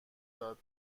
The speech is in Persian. داد